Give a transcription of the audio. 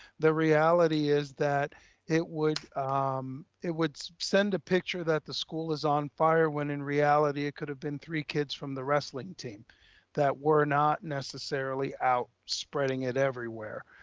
the reality is that it would um it would send a picture that the school is on fire, when in reality it could have been three kids from the wrestling team that were not necessarily out spreading it everywhere.